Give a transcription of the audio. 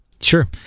Sure